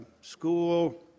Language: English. school